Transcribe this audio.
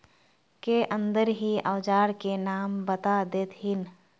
के अंदर ही औजार के नाम बता देतहिन?